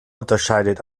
unterscheidet